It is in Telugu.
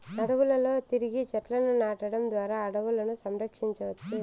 అడవులలో తిరిగి చెట్లను నాటడం ద్వారా అడవులను సంరక్షించవచ్చు